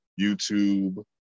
YouTube